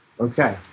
Okay